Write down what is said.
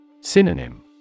Synonym